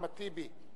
חבר הכנסת אחמד טיבי,